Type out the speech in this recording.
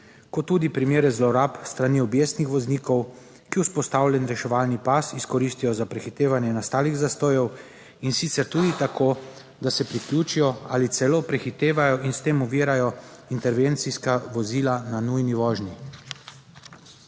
kot tudi primere zlorab s strani objestnih voznikov, ki vzpostavljen reševalni pas izkoristijo za prehitevanje nastalih zastojev in sicer tudi tako, da se priključijo ali celo prehitevajo In s tem ovirajo intervencijska vozila na nujni vožnji.